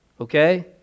okay